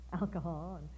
alcohol